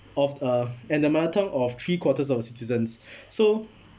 of uh and the mother tongue of three quarters of the citizens so